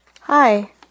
Hi